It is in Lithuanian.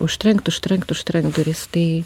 užtrenkt užtrenkt užtrenkt duris tai